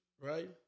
right